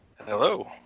Hello